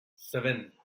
seven